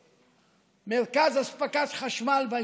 במרכז אספקת חשמל ביישוב,